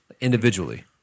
individually